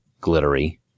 glittery